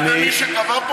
אדוני שקבע פה משהו אחר?